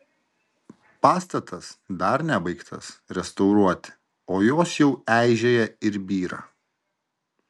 pastatas dar nebaigtas restauruoti o jos jau eižėja ir byra